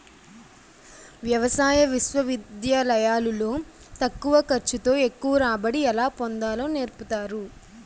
వ్యవసాయ విశ్వవిద్యాలయాలు లో తక్కువ ఖర్చు తో ఎక్కువ రాబడి ఎలా పొందాలో నేర్పుతారు